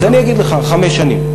אז אני אגיד לך: חמש שנים,